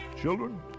Children